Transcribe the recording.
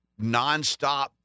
nonstop